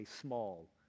small